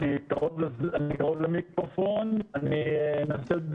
קשה מאוד